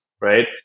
right